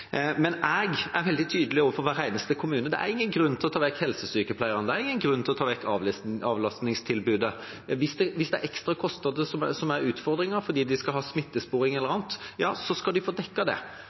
Jeg er veldig tydelig overfor hver eneste kommune på at det er ingen grunn til å ta vekk helsesykepleierne, det er ingen grunn til å ta vekk avlastningstilbudet. Hvis det er ekstra kostnader som er utfordringen fordi de skal ha smittesporing eller